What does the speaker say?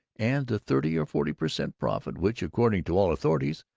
and the thirty or forty per cent. profit which, according to all authorities,